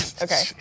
okay